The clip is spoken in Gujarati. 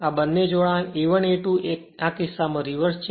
આ બંને જોડાણ A1 A2 એ કિસ્સામાં રીવર્સ છે